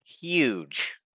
huge